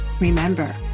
Remember